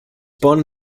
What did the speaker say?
born